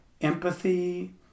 empathy